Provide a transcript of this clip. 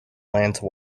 lance